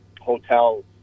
hotels